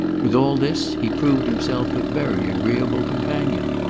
with all this, he proved himself a very agreeable companion.